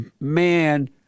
man